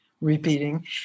repeating